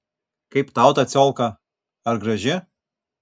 kaip tau ta ciolka ar graži